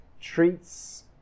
treats